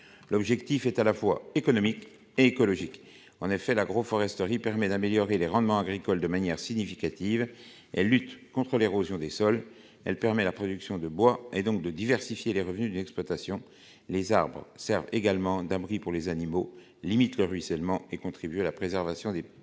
l'objectif est à la fois économique et écologique en effet l'agroforesterie permet d'améliorer les rendements agricoles de manière significative, elle lutte contre l'érosion des sols, elle permet la production de bois et donc de diversifier les revenus de l'exploitation, les arbres Servent également d'abri pour les animaux, limite le ruissellement et contribue à la préservation des paysages,